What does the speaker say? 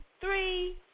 three